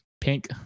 pink